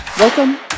Welcome